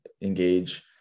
engage